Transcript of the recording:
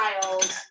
child